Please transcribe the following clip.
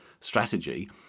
strategy